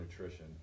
nutrition